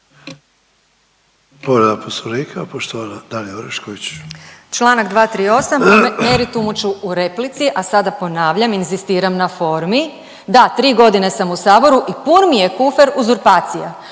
Dalija (Stranka s imenom i prezimenom)** Članak 238., o meritumu ću u replici, a sada ponavljam, inzistiram na formi. Da, tri godine sam u saboru i pun mi je kufer uzurpacije.